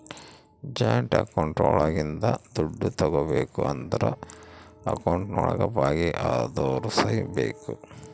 joint account ಒಳಗಿಂದ ದುಡ್ಡು ತಗೋಬೇಕು ಅಂದ್ರು ಅಕೌಂಟ್ ಒಳಗ ಭಾಗಿ ಅದೋರ್ ಸಹಿ ಬೇಕು